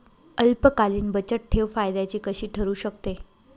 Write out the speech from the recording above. अल्पकालीन बचतठेव फायद्याची कशी ठरु शकते?